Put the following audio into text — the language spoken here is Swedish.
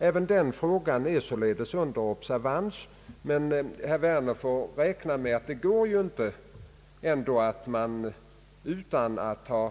även den frågan är således under observation, men herr Werner får räkna med att det inte går att åstadkomma tillfredsställande lösningar utan att man